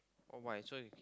oh my so is